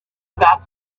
about